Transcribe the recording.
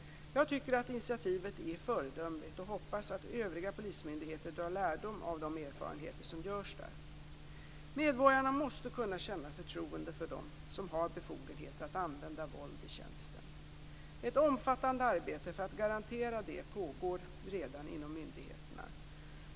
Jag tycker att initiativet är föredömligt och hoppas att övriga polismyndigheter drar lärdom av de erfarenheter som görs där. Medborgarna måste kunna känna förtroende för dem som har befogenheter att använda våld i tjänsten. Ett omfattande arbete för att garantera detta pågår redan inom myndigheterna.